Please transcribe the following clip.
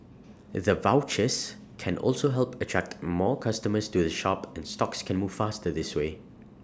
the vouchers can also help attract more customers to the shop and stocks can move faster this way